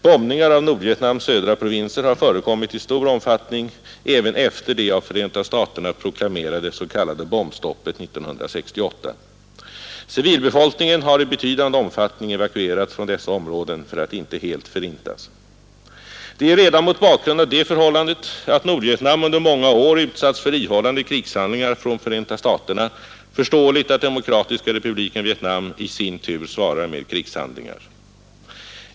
Bombningar av Nordvietnams södra provinser har förekommit i stor omfattning även efter det av Förenta staterna proklamerade s.k. bombstoppet 1968. Civilbefolkningen har i betydande omfattning evakuerats från dessa områden för att inte helt förintas. Det är redan mot bakgrund av det förhållande att Nordvietnam under många år utsatts för ihållande krigshandlingar från Förenta staterna 2" Riksdagens protokoll 1972. Nr 83-84 förståeligt att Demokratiska republiken Vietnam i sin tur svarar med krigshandlingar.